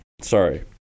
sorry